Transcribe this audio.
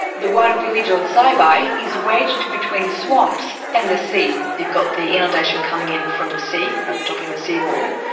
the one village on saibai is wedged between swamps and the sea. you've got the inundation coming in from the sea, over-topping the seawall,